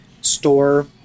store